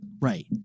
Right